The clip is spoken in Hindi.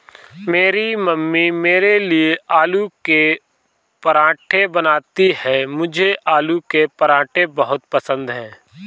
मेरी मम्मी मेरे लिए आलू के पराठे बनाती हैं मुझे आलू के पराठे बहुत पसंद है